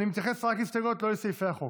אני מתייחס רק להסתייגויות, לא לסעיפי החוק.